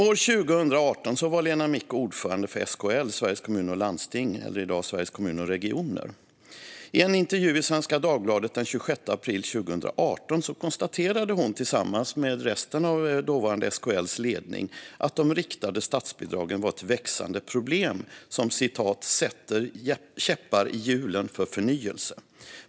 År 2018 var Lena Micko ordförande för SKL, Sveriges Kommuner och Landsting, numera Sveriges Kommuner och Regioner. I en intervju i Svenska Dagbladet den 26 april 2018 konstaterade hon, tillsammans med resten av dåvarande SKL:s ledning, att de riktade statsbidragen var ett växande problem som "sätter käppar i hjulen för förnyelse".